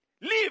Leave